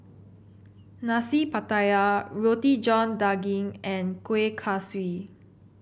Nasi Pattaya Roti John Daging and Kueh Kaswi